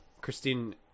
Christine